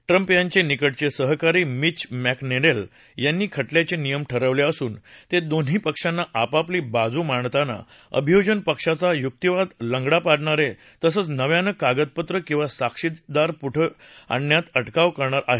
Trump यांचे निकटचे सहकारी मिच मक्कित्रिल यांनी खटल्याचे नियम ठरवले असून ते दोन्ही पक्षांना आपापली बाजू मांडताना अभियोजन पक्षाचा युक्तीवाद लगडा पाडणारे तसंच नव्यान कागदपत्र किंवा साक्षीदार पुढं आणण्यात अटकाव करणार आहेत